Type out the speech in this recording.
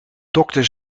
dokter